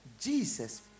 Jesus